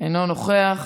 אינו נוכח,